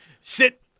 sit